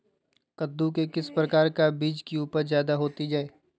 कददु के किस प्रकार का बीज की उपज जायदा होती जय?